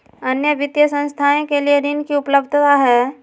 अन्य वित्तीय संस्थाएं के लिए ऋण की उपलब्धता है?